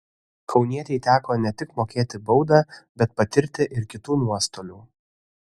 kaunietei teko ne tik mokėti baudą bet patirti ir kitų nuostolių